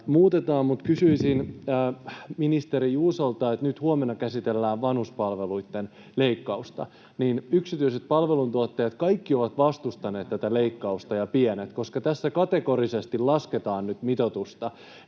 kysyisin ministeri Juusolta: Nyt kun huomenna käsitellään vanhuspalveluitten leikkausta ja kaikki yksityiset ja pienet palveluntuottajat ovat vastustaneet tätä leikkausta, koska tässä kategorisesti lasketaan nyt mitoitusta,